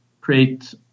create